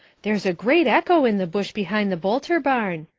there's a great echo in the bush behind the boulter barn.